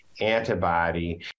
antibody